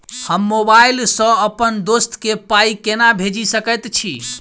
हम मोबाइल सअ अप्पन दोस्त केँ पाई केना भेजि सकैत छी?